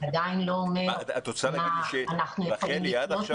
הרי העובדים האלה, כמו שאוהד אמר,